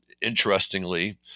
Interestingly